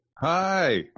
Hi